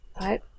right